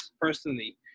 personally